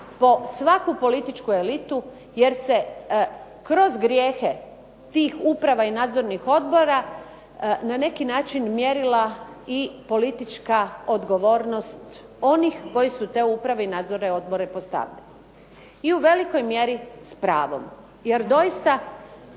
po svaku političku elitu, jer se kroz grijehe tih uprava i nadzornih odbora na neki način mjerila i politička odgovornost onih koji su te uprave i nadzorne odbore postavljali. I u velikoj mjeri s pravom, jer doista